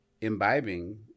imbibing